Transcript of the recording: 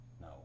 No